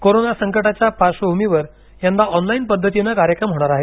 corona संकटाच्या पार्श्वभूमीवर यंदा ऑनलाईन पद्धतीनं कार्यक्रम होणार आहेत